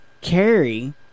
Carrie